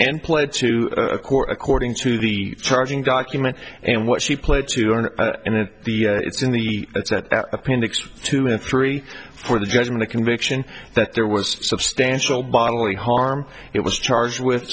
and played to a court according to the charging document and what she pled to and it it's in the appendix to me three for the judgment a conviction that there was substantial bodily harm it was charged with